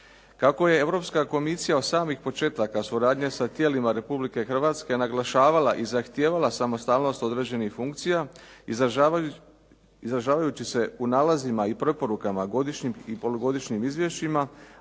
Kako je Europska komisija od samih početaka suradnje sa tijelima Republike Hrvatske naglašavala i zahtijevala samostalnost određenih funkcija, izražavajući se u nalazima i preporukama godišnjim i polugodišnjim izvješćima,